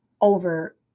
over